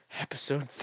Episode